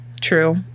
True